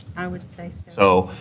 i would say so.